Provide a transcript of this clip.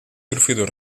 servidor